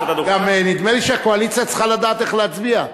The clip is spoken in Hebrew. גם נדמה לי שהקואליציה צריכה לדעת איך להצביע.